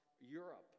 Europe